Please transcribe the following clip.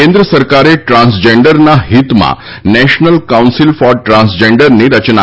કેન્દ્ર સરકારે ટ્રાન્સજેન્ડરના હિતમાં નેશનલ કાઉન્સિલ ફોર ટ્રાન્સજેન્ડરની રચના કરી છે